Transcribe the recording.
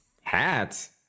Hats